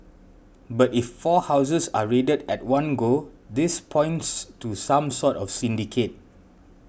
but if four houses are raided at one go this points to some sort of syndicate